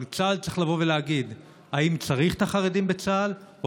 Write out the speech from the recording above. אבל צה"ל צריך לבוא ולהגיד אם צריך את החרדים בצה"ל או